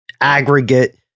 aggregate